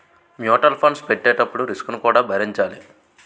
mutual funds పెట్టేటప్పుడు risk ను కూడా భరించాలి